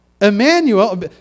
Emmanuel